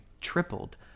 tripled